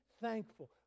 thankful